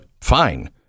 fine